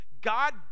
God